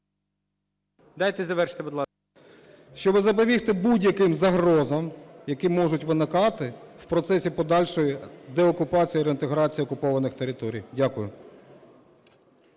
Дайте завершити, будь ласка. РАХМАНІН С.І. … щоб запобігти будь-яким загрозам, які можуть виникати в процесі подальшої деокупації і реінтеграції окупованих територій. Дякую.